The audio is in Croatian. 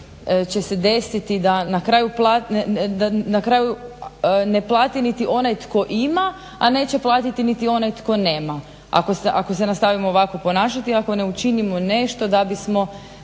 će se desiti da na kraju ne plati niti onaj tko ima, a neće platiti niti onaj tko nema ako se nastavimo ovako ponašati, ako ne učinimo nešto da bismo